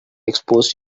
exposed